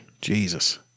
Jesus